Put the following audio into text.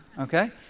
okay